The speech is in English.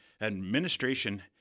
Administration